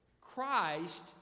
Christ